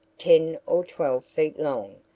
ten or twelve feet long,